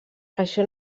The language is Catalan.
això